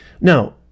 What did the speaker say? Now